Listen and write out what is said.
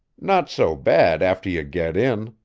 not so bad after you get in,